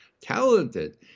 talented